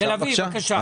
תל אביב, בבקשה.